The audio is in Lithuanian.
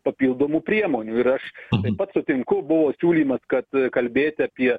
papildomų priemonių ir aš taip pat sutinku buvo siūlymas kad kalbėt apie